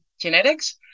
genetics